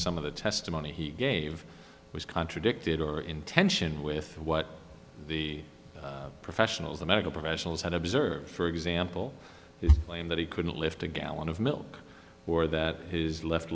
some of the testimony he gave was contradicted or in tension with what the professionals the medical professionals had observed for example plane that he couldn't lift a gallon of milk or that his left